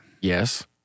Yes